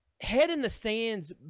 head-in-the-sands